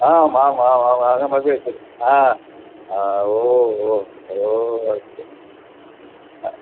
आम् आम् आम् आम् आम् आ ओ अस्तु